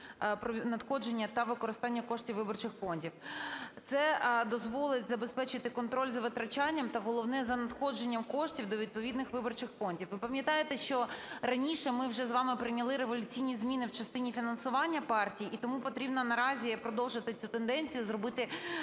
надходження та використання коштів виборчих фондів. Це дозволить забезпечити контроль за витрачання та головне за надходженням коштів до відповідних виборчих фондів. Ви пам'ятаєте, що раніше ми вже з вами прийняли революційні зміни в частині фінансування партій, і тому потрібно наразі продовжити цю тенденцію, зробити